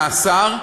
במאסר.